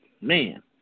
man